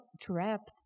trapped